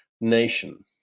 nation